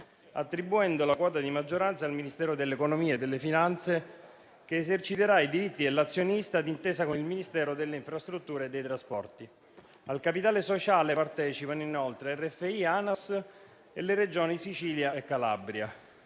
attribuendo la quota di maggioranza al Ministero dell'economia e delle finanze, che eserciterà i diritti dell'azionista d'intesa con il Ministero delle infrastrutture e dei trasporti. Al capitale sociale partecipano inoltre Rete Ferroviaria Italiana